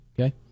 Okay